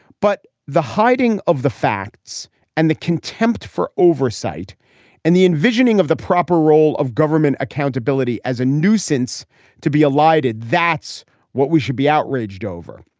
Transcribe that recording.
but the hiding of the facts and the contempt for oversight and the envisioning of the proper role of government accountability as a nuisance to be elided, that's what we should be outraged over.